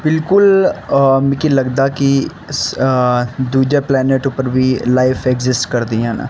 बिलकुल मिगी लगदा कि दूजे प्लेनेट उप्पर बी लाइफ एग्जिसट करदियां न